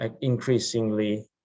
increasingly